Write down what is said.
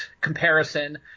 comparison